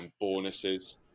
bonuses